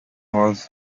was